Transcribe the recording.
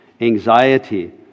anxiety